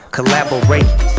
Collaborate